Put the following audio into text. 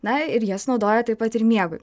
na ir jas naudojo taip pat ir miegui